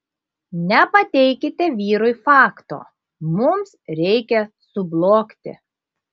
nepateikite vyrui fakto mums reikia sublogti